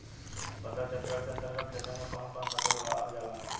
फसल चक्रण के अंतर्गत खेतन में कवन कवन फसल उगावल जाला?